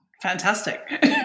Fantastic